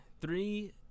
Three